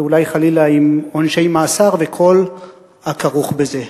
ואולי חלילה עם עונשי מאסר וכל הכרוך בזה.